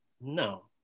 No